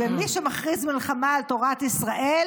ומי שמכריז מלחמה על תורת ישראל